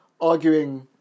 arguing